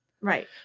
Right